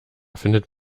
findet